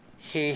he